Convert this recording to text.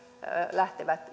lähtevät